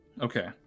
okay